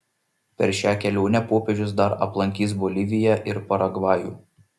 per šią kelionę popiežius dar aplankys boliviją ir paragvajų